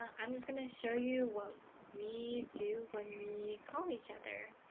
um i'm just going to show you what we do when we call each other